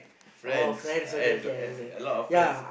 friends and a lot of friends